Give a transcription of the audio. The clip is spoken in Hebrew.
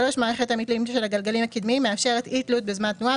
מערכת המתלים של הגלגלים הקדמיים מאפשרת אי-תלות בזמן תנועה,